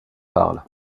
parle